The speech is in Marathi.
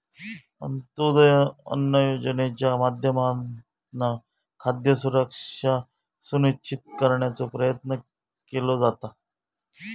अंत्योदय अन्न योजनेच्या माध्यमातना खाद्य सुरक्षा सुनिश्चित करण्याचो प्रयत्न केलो जाता